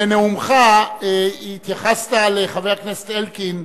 בנאומך התייחסת לחבר הכנסת אלקין,